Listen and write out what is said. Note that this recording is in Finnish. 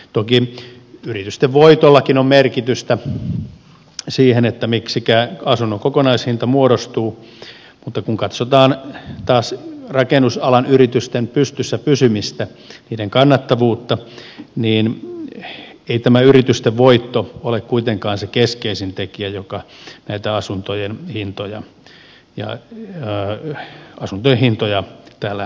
toki yritysten voitollakin on merkitystä siinä miksikä asunnon kokonaishinta muodostuu mutta kun katsotaan taas rakennusalan yritysten pystyssä pysymistä niiden kannattavuutta niin ei tämä yritysten voitto ole kuitenkaan se keskeisin tekijä joka näitä asuntojen hintoja täällä nostaa